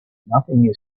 nothing